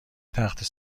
تخته